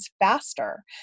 faster